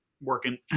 working